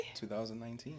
2019